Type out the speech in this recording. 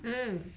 mm